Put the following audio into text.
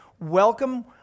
Welcome